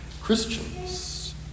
Christians